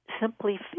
simply